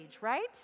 right